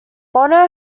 bono